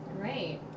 Great